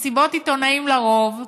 מסיבות עיתונאים לרוב,